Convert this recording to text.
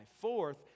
Fourth